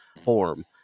form